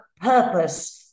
purpose